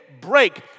break